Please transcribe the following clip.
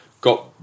Got